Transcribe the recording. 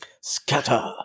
Scatter